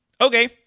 okay